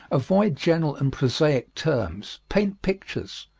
avoid general and prosaic terms. paint pictures.